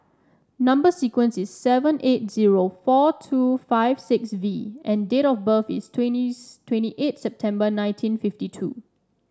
number sequence is seven eight zero four two five six V and date of birth is twentieth twenty eight September nineteen fifty two